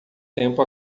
tempo